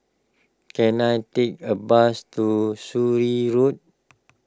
can I take a bus to Surin Road